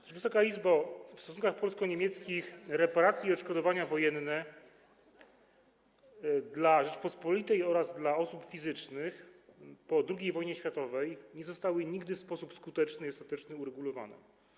Otóż, Wysoka Izbo, w stosunkach polsko-niemieckich kwestie reparacji i odszkodowań wojennych dla Rzeczypospolitej oraz dla osób fizycznych po II wojnie światowej nie zostały nigdy w sposób skuteczny i ostateczny uregulowane.